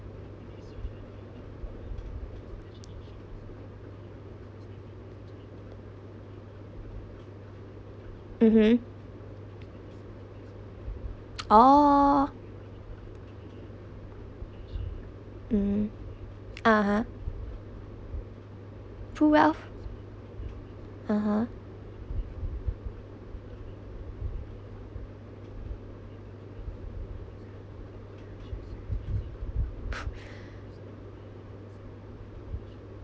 mmhmm oh mm (uh huh) through wealth (uh huh)